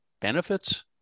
benefits